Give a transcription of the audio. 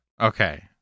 Okay